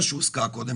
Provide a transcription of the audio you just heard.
מה שהוזכר קודם,